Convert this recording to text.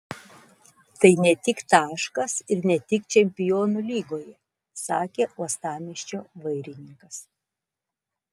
tai ne tik taškas ir ne tik čempionų lygoje sakė uostamiesčio vairininkas